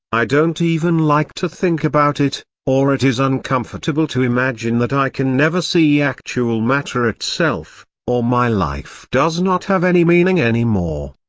i don't even like to think about it or it is uncomfortable to imagine that i can never see actual matter itself or my life does not have any meaning any more.